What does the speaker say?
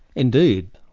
indeed.